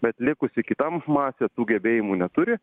bet likusi kita masės sugebėjimų neturi